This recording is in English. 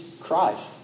Christ